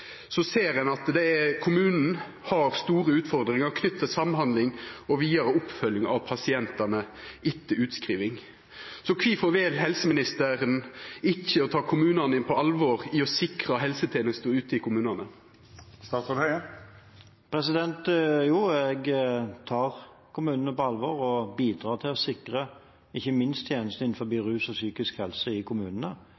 ser ein at kommunen har store utfordringar knytte til samhandling og vidare oppfølging av pasientane etter utskriving. Kvifor vel helseministeren ikkje å ta kommunane på alvor i å sikra helsetenesta ute i kommunane? Jo, jeg tar kommunene på alvor og bidrar til å sikre ikke minst